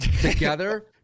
together